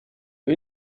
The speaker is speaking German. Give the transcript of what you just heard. für